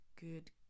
good